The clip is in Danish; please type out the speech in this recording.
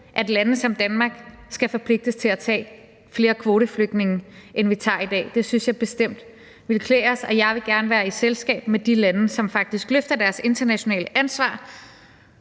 at lande som Danmark skal forpligtes til at tage flere kvoteflygtninge, end vi tager i dag. Det synes jeg bestemt ville klæde os, og jeg vil gerne være i selskab med de lande, som faktisk løfter deres internationale ansvar